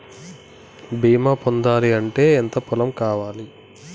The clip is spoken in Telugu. బీమా పొందాలి అంటే ఎంత పొలం కావాలి?